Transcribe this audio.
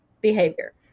behavior